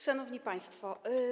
Szanowni Państwo!